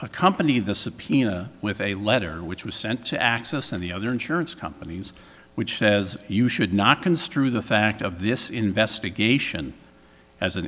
accompanied the subpoena with a letter which was sent to access and the other insurance companies which says you should not construe the fact of this investigation as an